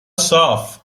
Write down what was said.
صاف